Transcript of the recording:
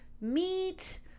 meat